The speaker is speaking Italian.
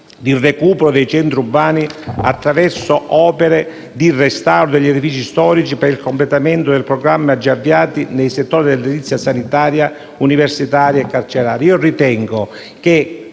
di recupero dei centri urbani attraverso opere di restauro degli edifici storici per il completamento del programma già avviato nei settori dell'edilizia sanitaria, universitaria e carceraria. Ritengo che